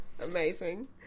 Amazing